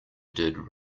did